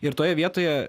ir toje vietoje